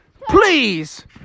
please